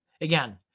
again